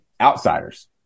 outsiders